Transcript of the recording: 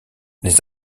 les